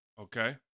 Okay